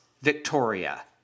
Victoria